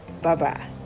Bye-bye